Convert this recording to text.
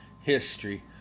history